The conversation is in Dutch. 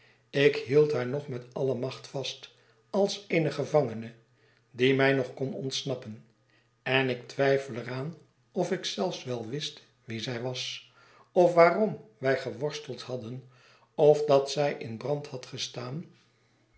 ik hield haar nog met alle macht vast als eene gevangene die mij nog kon ontsnappen en ik twijfel er aan of ik zelfs wel wist wie zij was of waarom wij geworsteld hadden of dat zij in brand had gestaan